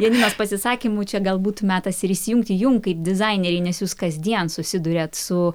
janinos pasisakymų čia galbūt metas ir įsijungti jum kaip dizainerei nes jūs kasdien susiduriat su